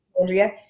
Andrea